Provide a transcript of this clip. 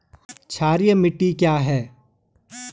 क्षारीय मिट्टी क्या है?